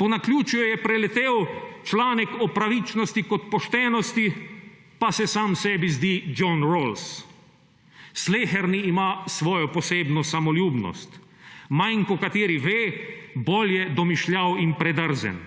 Po naključju je preletel članek o pravičnosti kot poštenosti, pa se sam sebi zdi John Rawls. Sleherni ima svojo posebno samoljubnost, manj ko kateri ve, bolj je domišljav in predrzen,